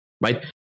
right